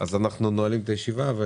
אנחנו נועלים את הישיבה.